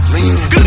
Leaning